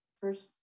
first